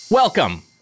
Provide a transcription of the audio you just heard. Welcome